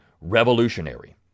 revolutionary